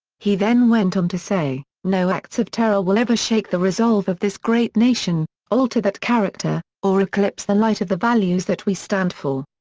he then went on to say, no acts of terror will ever shake the resolve of this great nation, alter that character, or eclipse the light of the values that we stand for.